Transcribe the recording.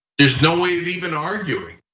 there's no way to even argue.